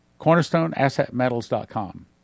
CornerstoneAssetMetals.com